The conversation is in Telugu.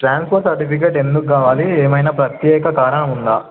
ట్రాన్స్ఫర్ సర్టిఫికేట్ ఎందుకు కావాలి ఏమైనా ప్రత్యేక కారణం ఉందా